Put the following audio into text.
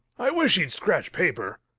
i wish he'd scratch paper.